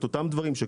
את אותם דברים.